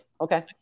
Okay